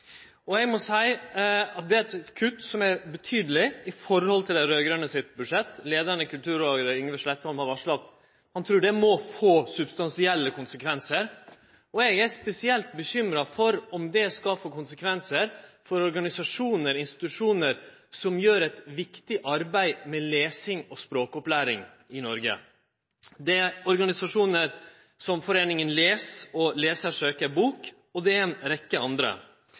Noreg. Eg må seie at det er eit kutt som er betydeleg i forhold til dei raud-grøne sitt budsjett. Leiaren i Kulturrådet, Yngve Slettholm, har varsla at han trur det må få substansielle konsekvensar. Eg er spesielt bekymra for om det skal få konsekvensar for organisasjonar og institusjonar som gjer eit viktig arbeid med lesing og språkopplæring i Noreg. Det er organisasjonar som Foreningen !les og Leser søker bok, og det er ei rekkje andre.